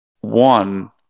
One